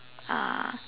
uh